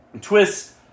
Twist